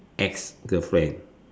ex girlfriend